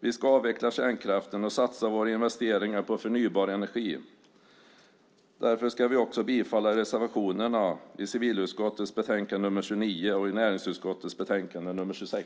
Vi ska avveckla kärnkraften och satsa våra investeringar på förnybar energi. Därför ska vi också bifalla reservationerna i civilutskottets betänkande nr 29 och näringsutskottets betänkande nr 26.